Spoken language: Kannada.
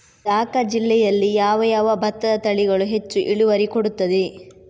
ದ.ಕ ಜಿಲ್ಲೆಯಲ್ಲಿ ಯಾವ ಯಾವ ಭತ್ತದ ತಳಿಗಳು ಹೆಚ್ಚು ಇಳುವರಿ ಕೊಡುತ್ತದೆ?